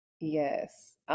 yes